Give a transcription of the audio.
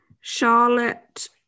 Charlotte